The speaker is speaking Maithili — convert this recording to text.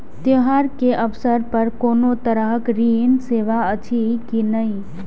त्योहार के अवसर पर कोनो तरहक ऋण सेवा अछि कि नहिं?